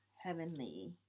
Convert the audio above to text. heavenly